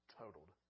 totaled